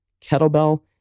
kettlebell